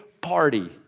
party